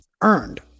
earned